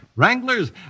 Wranglers